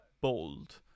bold